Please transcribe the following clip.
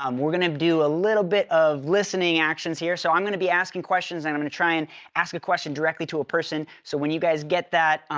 um we're gonna do a little bit of listening actions here. so, i'm gonna be asking questions and i'm gonna try and ask a question directly to a person. so when you guys get that,